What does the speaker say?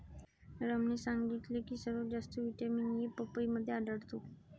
रामने सांगितले की सर्वात जास्त व्हिटॅमिन ए पपईमध्ये आढळतो